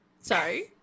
sorry